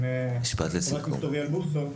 חבר הכנסת אוריאל בוסו,